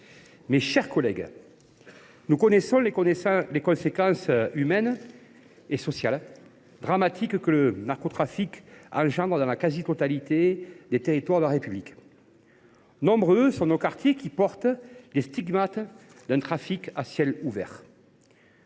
mes chers collègues, nous connaissons les conséquences humaines et sociales dramatiques du narcotrafic dans la quasi totalité des territoires de la République. Nombreux sont les quartiers qui portent les stigmates d’un trafic à ciel ouvert.